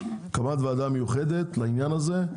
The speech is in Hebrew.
הקמת וועדה מיוחדת לעניין הזה,